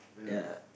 ya